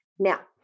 Now